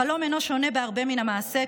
החלום אינו שונה בהרבה מן המעשה,